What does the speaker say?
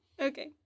Okay